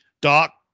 Doc